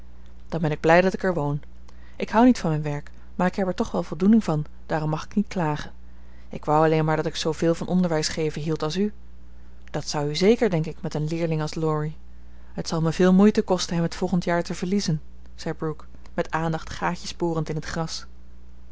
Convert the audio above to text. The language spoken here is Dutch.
dan ben ik blij dat ik er woon ik houd niet van mijn werk maar ik heb er toch wel voldoening van daarom mag ik niet klagen ik wou alleen maar dat ik zooveel van onderwijs geven hield als u dat zou u zeker denk ik met een leerling als laurie het zal mij veel moeite kosten hem t volgend jaar te verliezen zei brooke met aandacht gaatjes borend in het gras